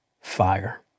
fire